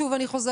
שוב אני חוזרת,